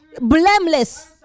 Blameless